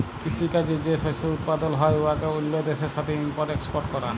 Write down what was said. কিসি কাজে যে শস্য উৎপাদল হ্যয় উয়াকে অল্য দ্যাশের সাথে ইম্পর্ট এক্সপর্ট ক্যরা